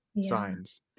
signs